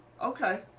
okay